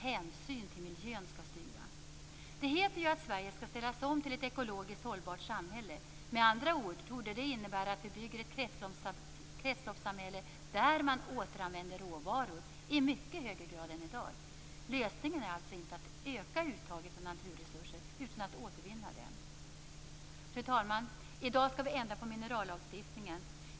Hänsyn till miljön skall styra. Det heter ju att Sverige skall ställas om till ett ekologiskt hållbart samhälle. Med andra ord torde det innebära att vi bygger ett kretsloppssamhälle där man återanvänder råvaror i mycket högre grad än i dag. Lösningen är alltså inte att öka uttaget av naturresurser utan att återvinna dem. Fru talman! I dag skall vi ändra på minerallagstiftningen.